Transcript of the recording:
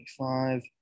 25